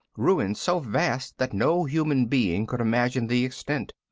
ruin so vast that no human being could imagine the extent.